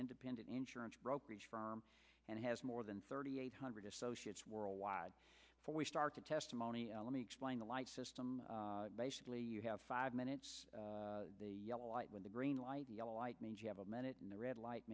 independent insurance brokerage firm and has more than thirty eight hundred associates worldwide for we start the testimony let me explain the life system basically you have five minutes yellow light with a green light yellow light means you have a minute in the red light